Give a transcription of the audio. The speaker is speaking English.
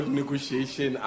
negotiation